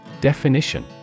Definition